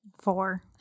Four